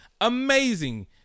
amazing